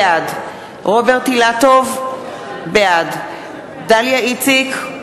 בעד רוברט אילטוב, בעד דליה איציק,